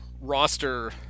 roster